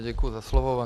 Děkuji za slovo.